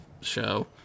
show